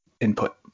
input